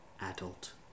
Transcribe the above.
adult